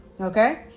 okay